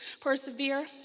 persevere